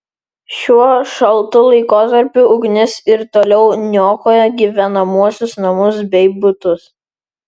šiuo šaltu laikotarpiu ugnis ir toliau niokoja gyvenamuosius namus bei butus